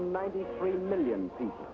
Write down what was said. ninety three million people